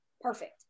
Perfect